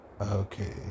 Okay